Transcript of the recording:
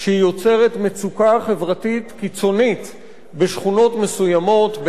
שהיא יוצרת מצוקה חברתית קיצונית בשכונות מסוימות,